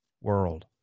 world